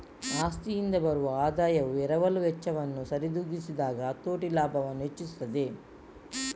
ಆಸ್ತಿಯಿಂದ ಬರುವ ಆದಾಯವು ಎರವಲು ವೆಚ್ಚವನ್ನು ಸರಿದೂಗಿಸಿದಾಗ ಹತೋಟಿ ಲಾಭವನ್ನು ಹೆಚ್ಚಿಸುತ್ತದೆ